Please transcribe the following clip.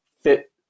fit